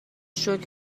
شکر